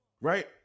Right